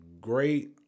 great-